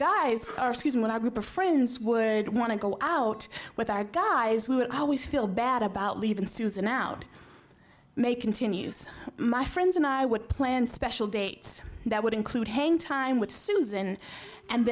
guys our season when our group of friends would want to go out with our guys we would always feel bad about leaving susan out mae continues my friends and i would plan special dates that would include hang time with susan and